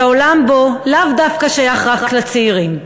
שהעולם בו לאו דווקא שייך רק לצעירים,